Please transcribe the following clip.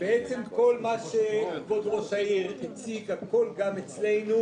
כל מה שכבוד ראש העיר הציג, הכול גם אצלנו,